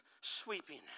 sweeping